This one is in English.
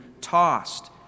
tossed